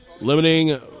Limiting